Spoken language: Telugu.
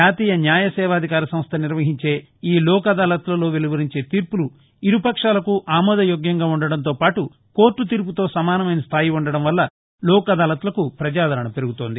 జాతీయ న్యాయ సేవాధికార సంస్థ నిర్వహించే ఈ లోక్ అదాలత్ లలో వెలువరించే తీర్పులు ఇరు పక్షాలకు ఆమోదయోగ్యంగా ఉండడంతో పాటు కోర్టు తీర్పుతో సమానమైన స్థాయి ఉండడం వల్ల లోక్ అదాలత్ లకు ప్రజాదరణ పెరుగుతోంది